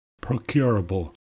Procurable